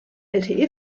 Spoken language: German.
lte